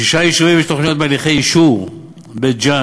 לשישה יישובים יש תוכניות בהליכי אישור: בית-ג'ן,